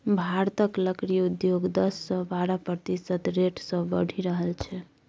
भारतक लकड़ी उद्योग दस सँ बारह प्रतिशत रेट सँ बढ़ि रहल छै